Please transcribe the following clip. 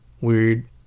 weird